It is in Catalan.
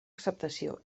acceptació